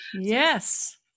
Yes